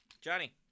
Johnny